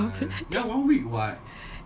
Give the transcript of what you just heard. that's a lot